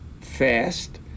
fast